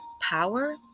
power